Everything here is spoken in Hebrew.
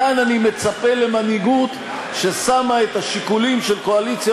כאן אני מצפה למנהיגות ששמה את השיקולים של קואליציה